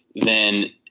then